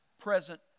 present